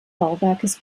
bauwerkes